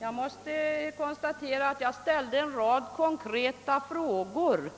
Jag ställde en rad konkreta frågor,